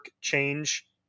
change